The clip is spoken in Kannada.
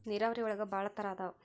ನೇರಾವರಿ ಒಳಗ ಭಾಳ ತರಾ ಅದಾವ